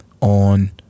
on